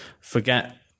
forget